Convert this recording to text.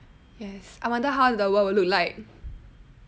yes I wonder how the world will look like